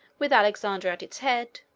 with alexander at its head,